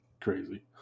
crazy